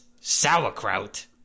sauerkraut